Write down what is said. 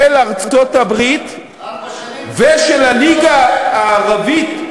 של ארצות-הברית ושל הליגה הערבית.